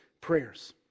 prayers